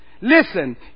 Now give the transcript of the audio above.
Listen